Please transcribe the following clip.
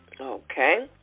Okay